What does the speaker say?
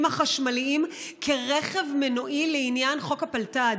החשמליים כרכב מנועי לעניין חוק הפלת"ד,